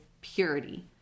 purity